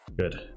Good